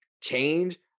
change